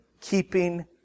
keeping